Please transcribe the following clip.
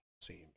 seems